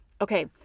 Okay